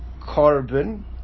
carbon